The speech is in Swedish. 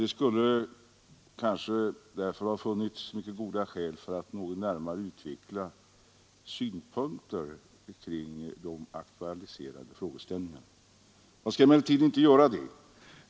Det skulle kanske därför ha funnits mycket goda skäl för att något närmare utveckla synpunkter kring de aktualiserade frågeställningarna. Jag skall emellertid inte göra det.